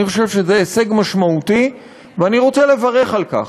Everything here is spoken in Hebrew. אני חושב שזה הישג משמעותי, ואני רוצה לברך על כך.